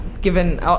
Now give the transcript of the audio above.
Given